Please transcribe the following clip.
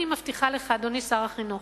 אני מבטיחה לך, אדוני שר החינוך,